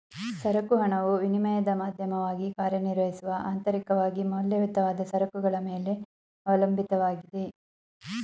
ಸರಕು ಹಣವು ವಿನಿಮಯದ ಮಾಧ್ಯಮವಾಗಿ ಕಾರ್ಯನಿರ್ವಹಿಸುವ ಅಂತರಿಕವಾಗಿ ಮೌಲ್ಯಯುತವಾದ ಸರಕುಗಳ ಮೇಲೆ ಅವಲಂಬಿತವಾಗಿದೆ